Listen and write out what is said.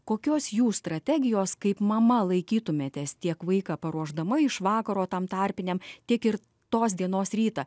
kokios jūs strategijos kaip mama laikytumėtės tiek vaiką paruošdama iš vakaro tam tarpiniam tiek ir tos dienos rytą